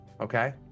Okay